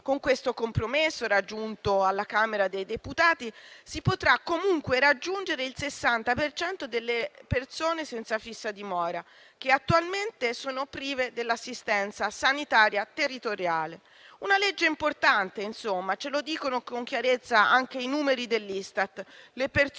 Con questo compromesso raggiunto alla Camera dei deputati si potrà comunque raggiungere il 60 per cento delle persone senza fissa dimora, che attualmente sono prive dell'assistenza sanitaria territoriale. È una legge importante, insomma, come dicono con chiarezza anche i numeri dell'Istat.